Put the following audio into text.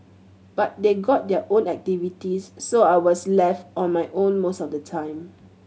but they've got their own activities so I was left on my own most of the time